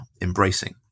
embracing